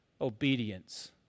obedience